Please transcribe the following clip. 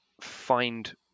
find